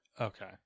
Okay